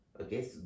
Okay